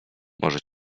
może